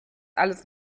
alles